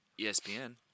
ESPN